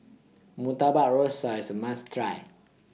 Murtabak Rusa IS A must Try